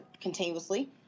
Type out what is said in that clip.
continuously